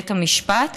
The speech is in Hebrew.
בבית המשפט.